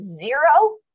zero